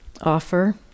offer